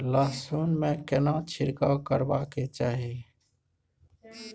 लहसुन में केना छिरकाव करबा के चाही?